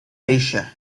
asia